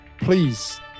please